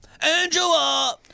Angela